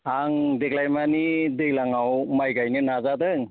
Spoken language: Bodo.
आं देग्लाय माने दैज्लाङाव माइ गायनो नाजादों